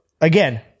Again